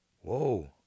whoa